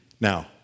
Now